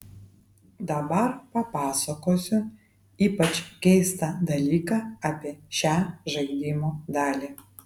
dabar papasakosiu ypač keistą dalyką apie šią žaidimo dalį